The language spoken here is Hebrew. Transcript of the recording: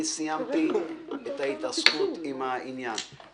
אני סיימתי את ההתעסקות עם העניין.